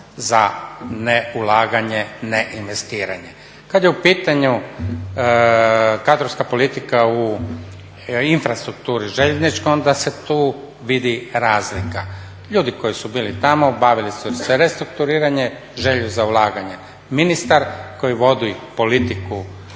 za neulaganje, neinvestiranje. Kad je u pitanju kadrovska politika u infrastrukturi željezničkoj onda se tu vidi razlika. Ljudi koji su bili tamo i bavili su se restrukturiranjem, željom za ulaganje. Ministar koji vodi politiku